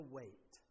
wait